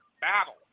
battle